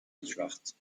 هیچوقت